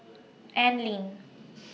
Anlene